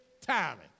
timing